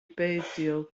beidio